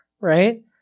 right